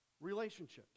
relationships